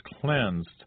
cleansed